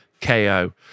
KO